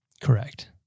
Correct